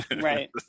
right